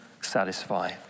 satisfy